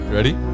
Ready